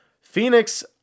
Phoenix